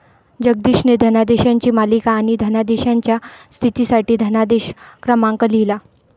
जगदीशने धनादेशांची मालिका आणि धनादेशाच्या स्थितीसाठी धनादेश क्रमांक लिहिला